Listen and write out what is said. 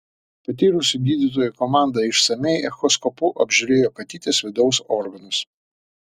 patyrusių gydytojų komanda išsamiai echoskopu apžiūrėjo katytės vidaus organus